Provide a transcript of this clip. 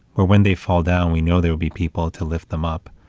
or when they fall down, we know there'll be people to lift them up.